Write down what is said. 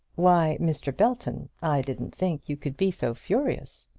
why, mr. belton, i didn't think you could be so furious!